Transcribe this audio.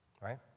right